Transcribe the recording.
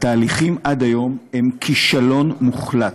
התהליכים עד היום הם כישלון מוחלט,